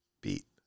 Beat